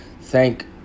Thank